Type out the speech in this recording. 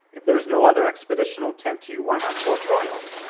if there's no other expedition'll tempt you, why not port royal?